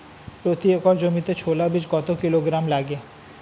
প্রতি একর জমিতে ছোলা বীজ কত কিলোগ্রাম লাগে?